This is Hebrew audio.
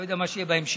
לא יודע מה שיהיה בהמשך,